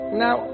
now